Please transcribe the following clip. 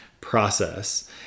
process